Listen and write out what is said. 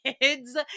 kids